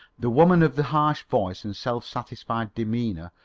the woman of the harsh voice and self-satisfied demeanour,